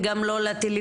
וגם לא לטלויזיה,